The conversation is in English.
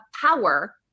power